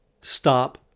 stop